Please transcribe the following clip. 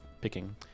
Picking